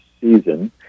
season